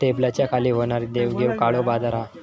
टेबलाच्या खाली होणारी देवघेव काळो बाजार हा